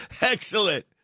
Excellent